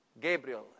Gabriel